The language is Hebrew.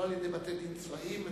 על-ידי בתי-דין צבאיים,